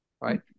right